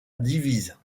divise